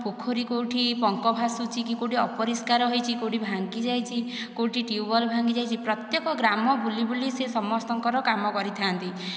ପୋଖରି କେଉଁଠି ପଙ୍କ ଭାସୁଛି କି ଅପରିଷ୍କାର ହୋଇଛି କେଉଁଠି ଭାଙ୍ଗିଯାଇଛି କେଉଁଠି ଟ୍ୟୁବୱେଲ୍ ଭାଙ୍ଗିଯାଇଛି ପ୍ରତ୍ୟେକ ଗ୍ରାମ ବୁଲି ବୁଲି ସେ ସମସ୍ତଙ୍କ କାମ କରିଥାନ୍ତି